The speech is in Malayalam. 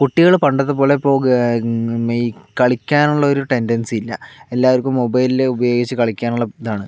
കുട്ടികൾ പണ്ടത്തെപ്പോലെ ഇപ്പോൾ കളിക്കാനുള്ള ഒരു ടെൻഡൻസി ഇല്ല എല്ലാവർക്കും മൊബൈൽ ഉപയോഗിച്ച് കളിക്കാനുള്ള ഇതാണ്